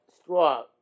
straw